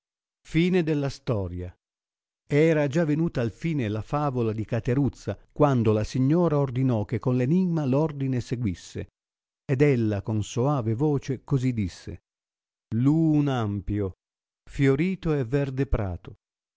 tristi era già venuta al fine la favola di cateruzza quando la signora ordinò che con l'enimma l'ordine seguisse ed ella con soave voce cosi disse lu un ampio fiorito e verde prato